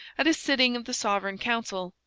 at a sitting of the sovereign council,